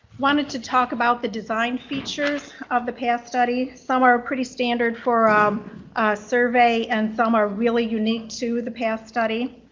wanted to talk about the design features of the path study, some are pretty standard for um survey and some are really unique to the path study.